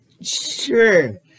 sure